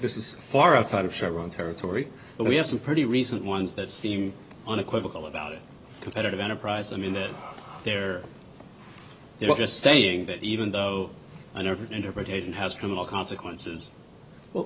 this is far outside of chevron territory but we have some pretty recent ones that seem unequivocal about it competitive enterprise i mean that they're just saying that even though i never interpretation has criminal consequences well